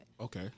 Okay